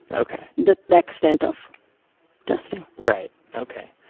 and okay. that extent of testing. right. okay.